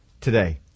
today